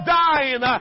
dying